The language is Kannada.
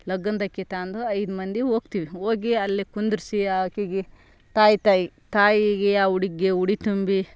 ಲಗ್ನದ ಅಕ್ಕಿ ತಂದು ಐದು ಮಂದಿ ಹೋಗ್ತೀವಿ ಹೋಗಿ ಅಲ್ಲಿ ಕುಂದರ್ಸಿ ಆಕಿಗೆ ತಾಯಿ ತಾಯಿ ತಾಯಿಗೆ ಆ ಹುಡಿಗ್ಗೆ ಉಡಿ ತುಂಬಿ